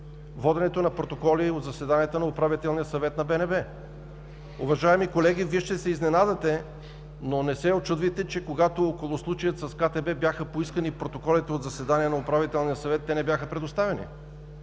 воденето на протоколи от заседанията от Управителния съвет на БНБ. Уважаеми колеги, Вие ще се изненадате, но не се учудвайте, че когато около случая с КТБ бяха поискани протоколите от заседания на Управителния съвет, те не бяха предоставени,